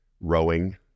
rowing